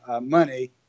money